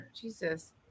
jesus